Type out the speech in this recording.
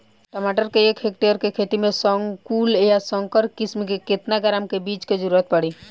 टमाटर के एक हेक्टेयर के खेती में संकुल आ संकर किश्म के केतना ग्राम के बीज के जरूरत पड़ी?